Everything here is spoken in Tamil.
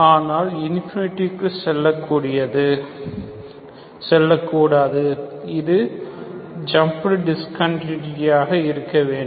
ஆனால் இன்ஃபினிட்டி க்கு செல்லக் கூடாது இது ஜம்ப்டு டிஸ்கன்டினியூட்டியாக இருக்க வேண்டும்